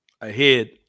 ahead